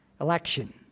election